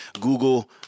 Google